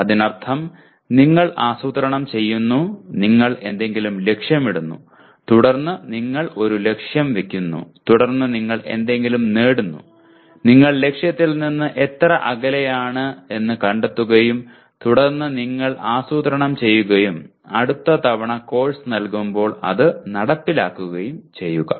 അതിനർത്ഥം നിങ്ങൾ ആസൂത്രണം ചെയ്യുന്നു നിങ്ങൾ എന്തെങ്കിലും ലക്ഷ്യമിടുന്നു തുടർന്ന് നിങ്ങൾ ഒരു ലക്ഷ്യം വെക്കുന്നു തുടർന്ന് നിങ്ങൾ എന്തെങ്കിലും നേടുന്നു നിങ്ങൾ ലക്ഷ്യത്തിൽ നിന്ന് എത്ര അകലെയാണെന്ന് കണ്ടെത്തുകയും തുടർന്ന് നിങ്ങൾ ആസൂത്രണം ചെയ്യുകയും അടുത്ത തവണ കോഴ്സ് നൽകുമ്പോൾ അത് നടപ്പിലാക്കുകയും ചെയ്യുക